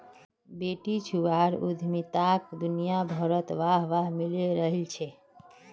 बेटीछुआर उद्यमिताक दुनियाभरत वाह वाह मिले रहिल छे